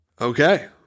okay